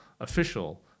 official